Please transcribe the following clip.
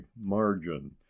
margin